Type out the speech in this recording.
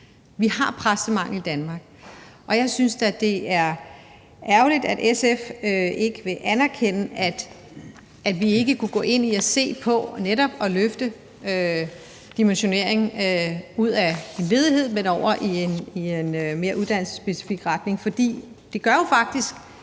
Vi har præstemangel i Danmark. Jeg synes da, det er ærgerligt, at SF ikke vil anerkende og gå ind i at se på netop at løfte dimensioneringen fra ledighed og over i en mere uddannelsesspecifik retning. Det gør faktisk,